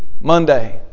Monday